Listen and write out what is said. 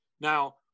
Now